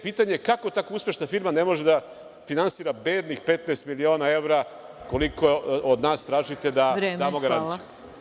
Pitanje je – kako tako uspešna firma ne može da finansira bednih 15 miliona evra, koliko od nas tražite da damo garanciju?